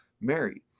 Mary